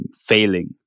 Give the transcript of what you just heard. failing